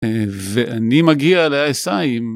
ואני מגיע אליה על שתיים.